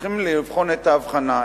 צריכים לבחון את ההבחנה.